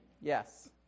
Yes